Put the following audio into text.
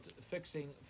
fixing